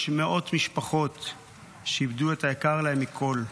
יש מאות משפחות שאיבדו את היקר להן מכול.